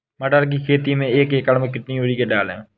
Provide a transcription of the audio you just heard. मटर की खेती में एक एकड़ में कितनी यूरिया डालें?